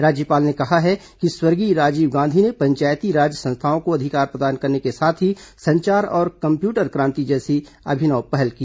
राज्यपाल ने कहा है कि स्वर्गीय गांधी ने पंचायती राज संस्थाओं को अधिकार प्रदान करने के साथ ही संचार और कम्प्यूटर क्रांति राजीव जैसी अभिनव पहल की